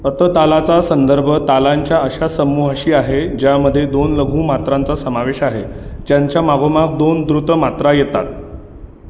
अत तालाचा संदर्भ तालांच्या अशा समुहाशी आहे ज्यामध्ये दोन लघुमात्रांचा समावेश आहे ज्यांच्या मागोमाग दोन दृत मात्रा येतात